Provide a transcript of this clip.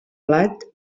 plat